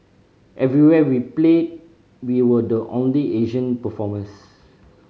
everywhere we played we were the only Asian performers